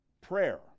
prayer